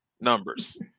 numbers